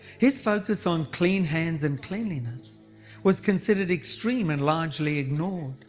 his focus on clean hands and cleanliness was considered extreme and largely ignored.